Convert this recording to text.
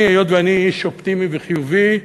היות שאני איש אופטימי וחיובי,